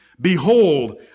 behold